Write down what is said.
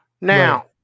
Now